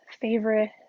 favorite